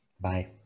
Bye